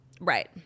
Right